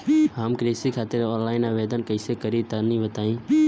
हम कृषि खातिर आनलाइन आवेदन कइसे करि तनि बताई?